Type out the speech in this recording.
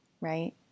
right